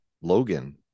logan